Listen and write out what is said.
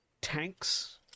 tanks